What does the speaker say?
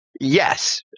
yes